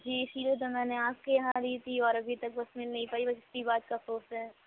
جی اسی لیے تو میں نے آپ کے یہاں آ رہی تھی اور ابھی تک بس مل نہیں پائی بس اسی بات کا افسوس ہے